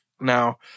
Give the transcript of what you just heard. Now